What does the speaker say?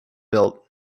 built